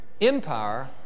empire